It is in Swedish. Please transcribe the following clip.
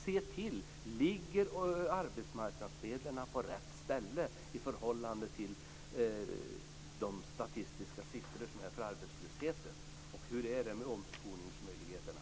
Det gäller att se: Ligger arbetsmarknadsmedlen på rätt ställe i förhållande till de statistiska siffror som finns över arbetslösheten, och hur är det med omskolningsmöjligheterna?